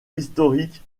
historique